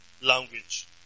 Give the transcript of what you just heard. language